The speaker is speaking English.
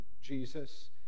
Jesus